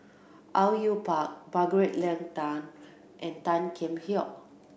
Au Yue Pak Margaret Leng Tan and Tan Kheam Hock